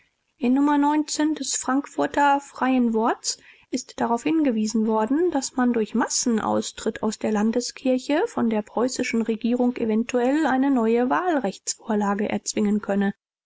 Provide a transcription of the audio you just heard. in nr des frankfurter freien worts ist darauf hingewiesen worden daß man durch massenaustritt aus der landeskirche von der preußischen regierung eventuell eine neue wahlrechtsvorlage erzwingen könne